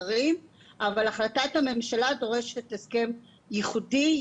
החלטת הממשלה דורשת הסכם ייחודי,